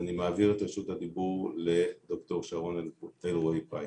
אני מעביר את רשות הדיבור לד"ר שרון אלרעי פרייס.